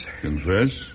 Confess